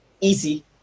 easy